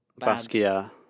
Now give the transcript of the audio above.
Basquiat